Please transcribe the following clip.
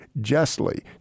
justly